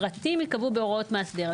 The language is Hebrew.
הפרטים ייקבעו בהוראות מאסדר.